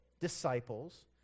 disciples